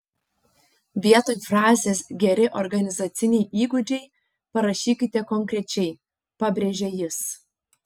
vietoj frazės geri organizaciniai įgūdžiai parašykite konkrečiai pabrėžia jis